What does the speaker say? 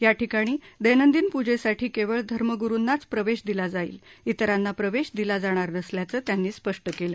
याठिकाणी दैनंदिन पूजेसाठी केवळ धर्मग्रूंनाच प्रवेश दिला जाईल इतरांना प्रवेश दिला जाणार नसल्याचं त्यांनी स्पष्ट केलं